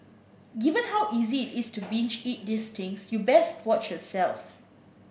given how easy it is to binge eat these things you best watch yourself